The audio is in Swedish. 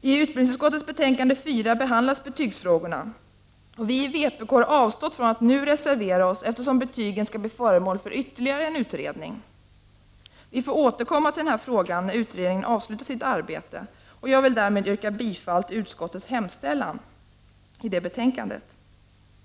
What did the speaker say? I utbildningsutskottets betänkande 4 behandlas betygsfrågor. Vi i vpk har avstått från att nu reservera oss, eftersom betygen skall bli föremål för ytterligare en utredning. Vi får återkomma till denna fråga när utredningen har avslutat sitt arbete. Jag vill härmed yrka bifall till utskottets hemställan i detta betänkande.